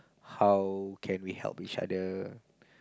how can we help each other